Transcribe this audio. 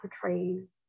portrays